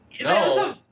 No